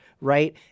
right